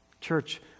Church